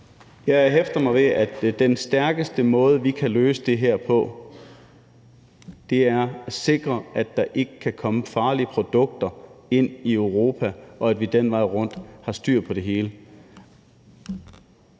Jeg hæfter mig ved, at den stærkeste måde, vi kan løse det her på, er ved at sikre, at der ikke kan komme farlige produkter ind i Europa, og at vi den vej rundt har styr på det hele.